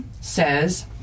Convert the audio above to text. says